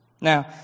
Now